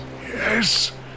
Yes